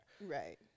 Right